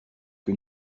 que